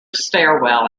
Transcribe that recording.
stairwell